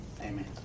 Amen